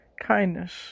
kindness